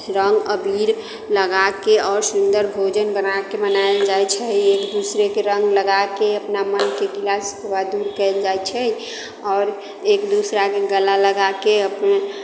रङ्ग अबीर लगा कऽ आओर सुन्दर भोजन बना कऽ मनायल जाइत छै एक दोसरेके रङ्ग लगा कऽ अपना मनके गिला शिकवा दूर कयल जाइत छै आओर एक दोसराकेँ गला लगा कऽ अपना